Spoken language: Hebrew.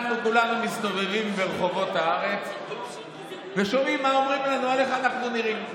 כולנו מסתובבים ברחובות הארץ ושומעים מה אומרים לנו על איך אנחנו נראים,